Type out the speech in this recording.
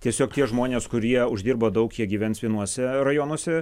tiesiog tie žmonės kurie uždirba daug jie gyvens vienuose rajonuose